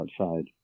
outside